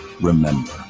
remember